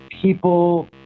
People